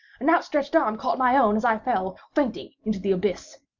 an outstretched arm caught my own as i fell, fainting, into the abyss.